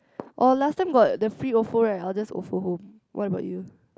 orh last time got the free Ofo right I'll just Ofo home what about you